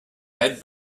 had